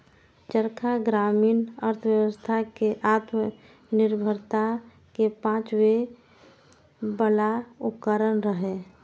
चरखा ग्रामीण अर्थव्यवस्था कें आत्मनिर्भरता के पाठ पढ़बै बला उपकरण रहै